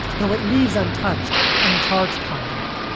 though it leaves untouched uncharged conduct.